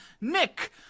Nick